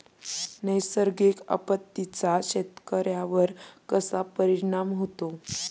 नैसर्गिक आपत्तींचा शेतकऱ्यांवर कसा परिणाम होतो?